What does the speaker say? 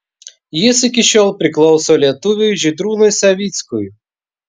jis iki šiol priklauso lietuviui žydrūnui savickui